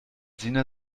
sina